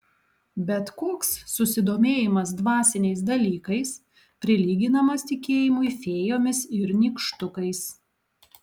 bet koks susidomėjimas dvasiniais dalykais prilyginamas tikėjimui fėjomis ir nykštukais